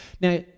now